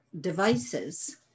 devices